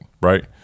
right